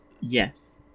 Yes